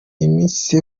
iminsi